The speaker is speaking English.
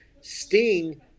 sting